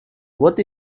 what